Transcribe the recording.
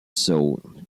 son